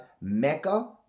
Mecca